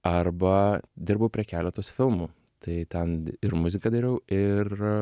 arba dirbau prie keletos filmų tai ten ir muziką dariau ir